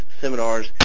seminars